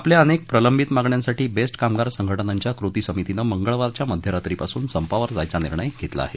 आपल्या अनक प्रलंबित मागण्यांसाठी बेस्ट कामगार संघटनांच्या कृती समितीने मंगळवारच्या मध्यरात्रीपासून संपावर जायचा निर्णय घेतला आहे